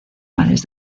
mares